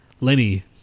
Lenny